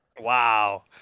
Wow